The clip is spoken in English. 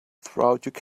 throughout